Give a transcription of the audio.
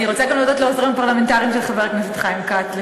אני רוצה גם להודות לעוזרים הפרלמנטריים של חבר הכנסת חיים כץ,